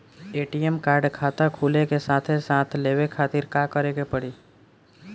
ATM card खाता खुले के साथे साथ लेवे खातिर का करे के पड़ी?